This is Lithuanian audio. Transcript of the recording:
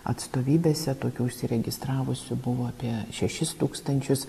atstovybėse tokių užsiregistravusių buvo apie šešis tūkstančius